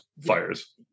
fires